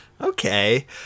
Okay